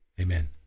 Amen